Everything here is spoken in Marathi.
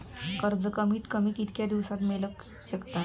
कर्ज कमीत कमी कितक्या दिवसात मेलक शकता?